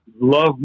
love